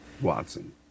Watson